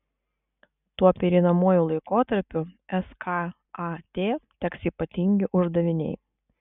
tuo pereinamuoju laikotarpiu skat teks ypatingi uždaviniai